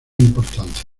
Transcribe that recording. importancia